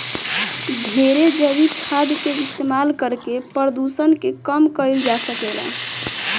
ढेरे जैविक खाद के इस्तमाल करके प्रदुषण के कम कईल जा सकेला